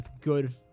good